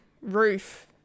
roof